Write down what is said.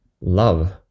love